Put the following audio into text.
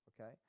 okay